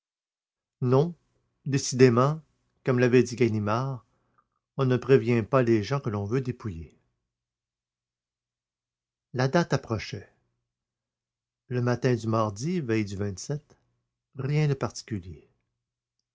non décidément comme l'avait dit ganimard on ne prévient pas les gens que l'on veut dépouiller la date approchait le matin du mardi veille du rien de particulier